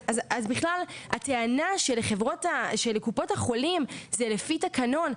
אז בכלל הטענה של קופות החולים זה לפי תקנון,